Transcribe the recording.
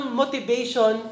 motivation